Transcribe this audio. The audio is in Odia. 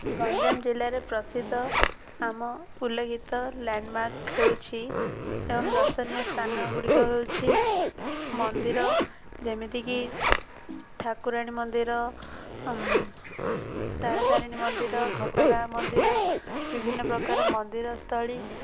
ଗଞ୍ଜାମ ଜିଲ୍ଲାରେ ପ୍ରସିଦ୍ଧ ଆମ ଉଲ୍ଲେଖିତ ଲ୍ୟାଣ୍ଡମାର୍କ ହେଉଛି ଏବଂ ଦର୍ଶନୀୟ ସ୍ଥାନ ଗୁଡ଼ିକ ହେଉଛି ମନ୍ଦିର ଯେମିତିକି ଠାକୁରାଣୀ ମନ୍ଦିର ତାରା ତାରିଣୀ ମନ୍ଦିର ଘଟଗାଁ ମନ୍ଦିର ବିଭିନ୍ନ ପ୍ରକାର ମନ୍ଦିରସ୍ଥଳୀ